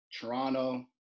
Toronto